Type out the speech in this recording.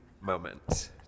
moment